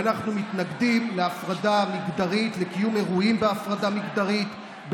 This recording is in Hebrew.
ואנחנו מתנגדים להפרדה מגדרית ולקיום אירועים בהפרדה מגדרית,